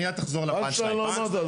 פאנצ' ליין לא אמרת?